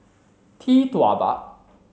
Tee Tua Ba